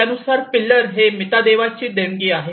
त्यानुसार पिल्लर हे मितादेवाची देणगी आहे